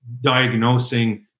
diagnosing